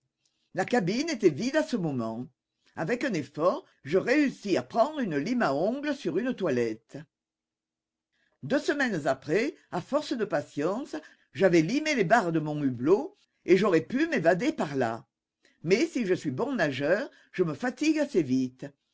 la cabine était vide à ce moment avec un effort je réussis à prendre une lime à ongles sur une toilette deux semaines après à force de patience j'avais limé les barres de mon hublot et j'aurais pu m'évader par là mais si je suis bon nageur je me fatigue assez vite